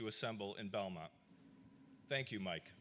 you assemble in belmont thank you mike